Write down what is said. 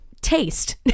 taste